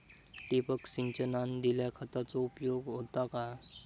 ठिबक सिंचनान दिल्या खतांचो उपयोग होता काय?